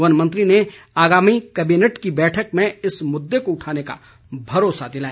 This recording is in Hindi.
वन मंत्री ने आगामी कैबिनेट की बैठक में इस मुददे को उठाने का भरोसा दिलाया